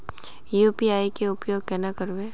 UPI के उपयोग केना करबे?